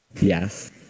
Yes